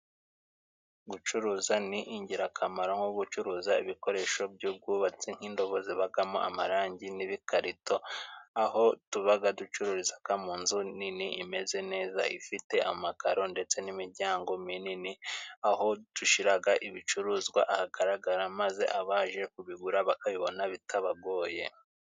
Gucuruza ni ingirakamaro nko gucuruza ibikoresho by'ubwubatsi nk'indobo zibagamo amarangi n'ibikarito, aho tuba ducururiza mu nzu nini imeze neza ifite amakaro ndetse n'imiryango minini. Aho dushyira ibicuruzwa ahagaragara maze abaje kubigura bakabibona bitabagoye.